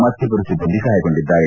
ಮತ್ತಿಬ್ಬರು ಸಿಬ್ಬಂದಿ ಗಾಯಗೊಂಡಿದ್ದಾರೆ